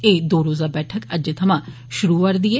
एह् दो रोजा बैठक अज्जै सवा शुरू होआ र'दी ऐ